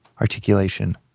articulation